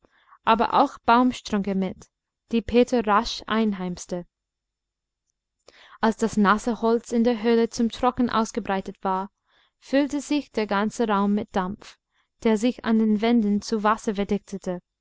aber auch baumstrünke mit die peter rasch einheimste als das nasse holz in der höhle zum trocknen ausgebreitet war füllte sich der ganze raum mit dampf der sich an den wänden zu wasser verdichtete